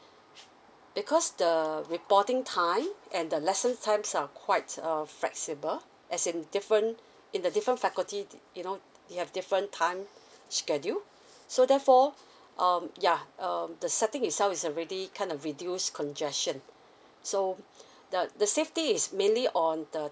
because the reporting time and the lessons times are quite err flexible as in different in the different faculty you know they have different time schedule so therefore um ya um the setting itself is already kind of reduce congestion so the the safety is mainly on the